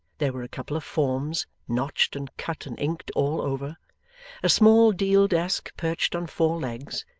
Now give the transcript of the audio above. there were a couple of forms, notched and cut and inked all over a small deal desk perched on four legs,